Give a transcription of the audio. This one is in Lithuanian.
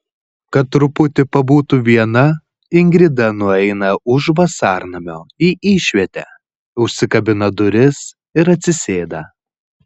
kad truputį pabūtų viena ingrida nueina už vasarnamio į išvietę užsikabina duris ir atsisėda